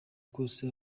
bwose